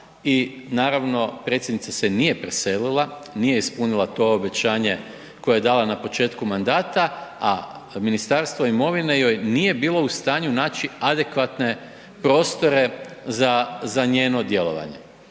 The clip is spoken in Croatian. i naravno, predsjednica se nije preselila, nije ispunila to obećanje koje je dala na početku mandata, a Ministarstvo imovine joj nije bilo u stanju naći adekvatne prostore za njeno djelovanje.